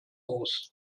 aus